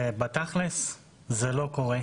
בתכל'ס זה לא קורה.